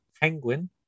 Penguin